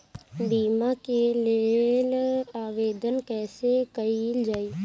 बीमा के लेल आवेदन कैसे कयील जाइ?